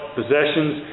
possessions